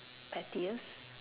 pettiest